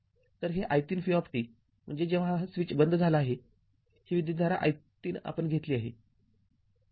तर हे i३V म्हणजे जेव्हा हा स्विच बंद झाला आहे ही विद्युतधारा i३ आपण घेतली आहे